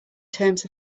terms